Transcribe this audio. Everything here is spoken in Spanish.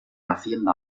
hacienda